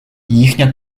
їхня